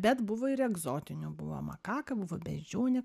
bet buvo ir egzotinių buvo makaka buvo beždžionė